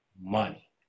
money